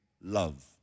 love